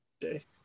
day